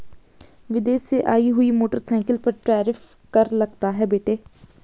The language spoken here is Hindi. विदेश से आई हुई मोटरसाइकिल पर टैरिफ कर लगता है बेटे